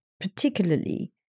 particularly